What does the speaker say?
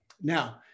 Now